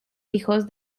hijos